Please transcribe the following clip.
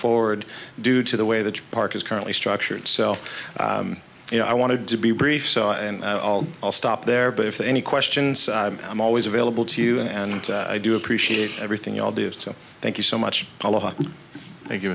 forward due to the way the park is currently structured so you know i wanted to be brief so and i'll i'll stop there but if the any questions i'm always available to you and i do appreciate everything you all do so thank you so much